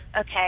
Okay